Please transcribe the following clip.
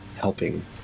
helping